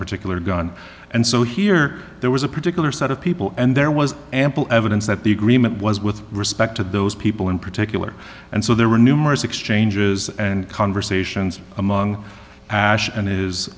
particular gun and so here there was a particular set of people and there was ample evidence that the agreement was with respect to those people in particular and so there were numerous exchanges and conversations among a